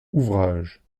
ouvrages